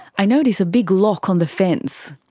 i notice a big lock on the fence.